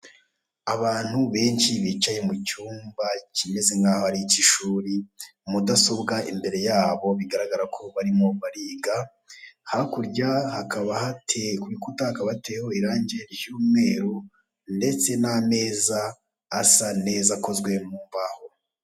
Abantu benshi bicaye mu cyumba kimeze nk'aho ari icy'ishuri, Mudasobwa imbere yabo bigaragara ko barimo bariga hakurya ku bikuta hakaba hateye irange ry'umweru ndetse n'ameza asa neza akoze mu mbaho.